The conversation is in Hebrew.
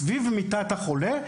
סביב מיטת החולה,